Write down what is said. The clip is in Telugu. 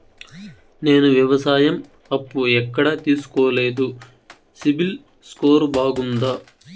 నేను వ్యవసాయం అప్పు ఎక్కడ తీసుకోలేదు, సిబిల్ స్కోరు బాగుందా?